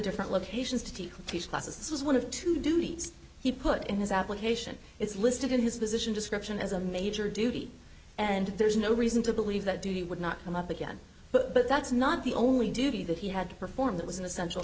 different locations to teach classes was one of two duties he put in his application is listed in his position description as a major duty and there's no reason to believe that d d would not come up again but but that's not the only duty that he had to perform that was an essential